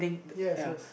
yes yes